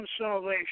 salvation